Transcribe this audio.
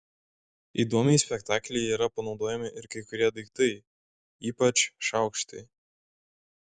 įdomiai spektaklyje yra panaudojami ir kai kurie daiktai ypač šaukštai